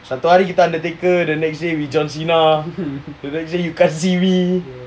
satu hari kita undertaker the next day we john cena the next day yuka civi